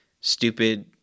stupid